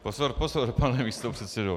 Pozor, pozor, pane místopředsedo.